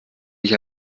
ich